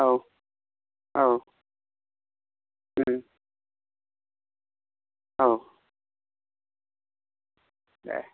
औ औ औ दे